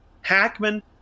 Hackman